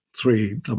three